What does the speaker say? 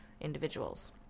individuals